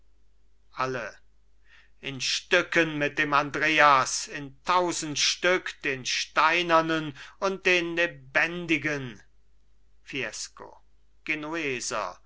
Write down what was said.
alle in stücken mit dem andreas in tausend stück den steinernen und den lebendigen fiesco